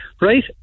Right